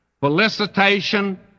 felicitation